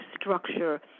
structure